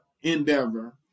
Endeavor